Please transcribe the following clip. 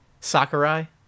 Sakurai